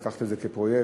לקחת את זה כפרויקט,